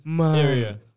area